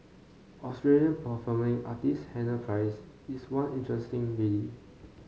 Australian performing artist Hannah Price is one interesting lady